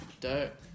Dope